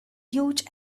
huge